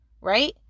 right